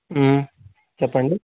చెప్పండి